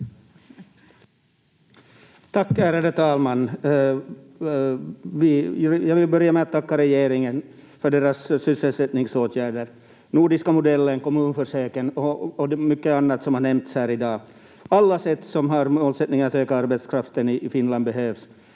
Tack, ärade talman! Jag vill börja med att tacka regeringen för dess sysselsättningsåtgärder: nordiska modellen, kommunförsöken och mycket annat som har nämnts här i dag. Alla sätt som har målsättningen att öka arbetskraften i Finland behövs.